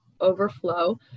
overflow